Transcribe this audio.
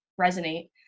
resonate